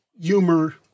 humor